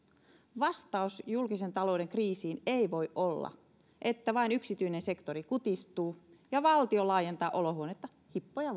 vastaus julkisen talouden kriisiin ei voi olla että vain yksityinen sektori kutistuu ja valtio laajentaa olohuonetta hippoja